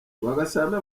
rwagasana